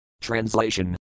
Translation